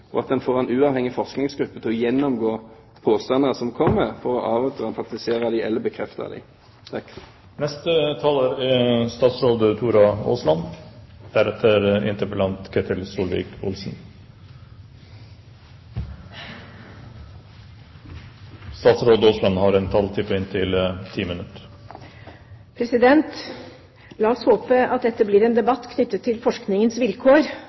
og at en får en uavhengig forskningsgruppe til å gjennomgå påstander som kommer, for å avdramatisere dem eller bekrefte dem. La oss håpe at dette blir en debatt knyttet til forskningens vilkår.